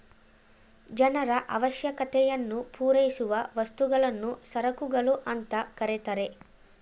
ಜನರ ಅವಶ್ಯಕತೆಯನ್ನು ಪೂರೈಸುವ ವಸ್ತುಗಳನ್ನು ಸರಕುಗಳು ಅಂತ ಕರೆತರೆ